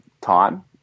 time